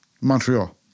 Montreal